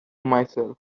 myself